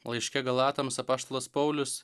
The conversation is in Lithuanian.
laiške galatams apaštalas paulius